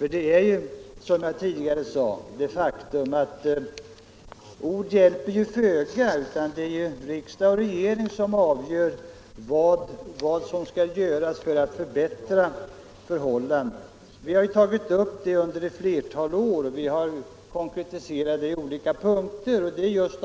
Ord hjälper föga, som jag tidigare sade, utan det är ju regering och riksdag som avgör vad som skall göras för att förbättra förhållandena. Vi har framfört våra krav under ett flertal år och konkretiserat på olika punkter.